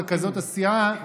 רכזות הסיעה,